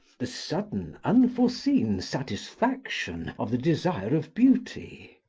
the sudden, unforeseen satisfaction of the desire of beauty.